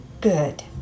good